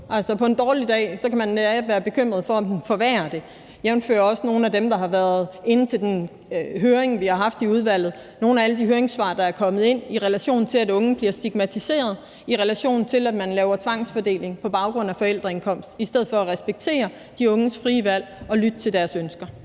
på en dårlig dag kan man være bekymret for, om den forværrer det, jævnfør også nogle af dem, der har været inde til den høring, vi har haft i udvalget, nogle af alle de høringssvar, der er kommet ind, i relation til at unge bliver stigmatiseret, i relation til at man laver tvangsfordeling på baggrund af forældreindkomst i stedet for at respektere de unges frie valg og lytte til deres ønsker.